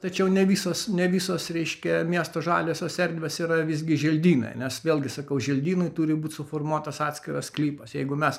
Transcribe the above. tačiau ne visos ne visos reiškia miesto žaliosios erdvės yra visgi želdynai nes vėlgi sakau želdynui turi būti suformuotas atskiras sklypas jeigu mes